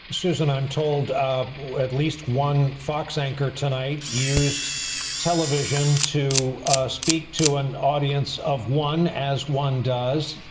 susan, i'm told at least one fox anchor tonight used television to speak to an audience of one as one does,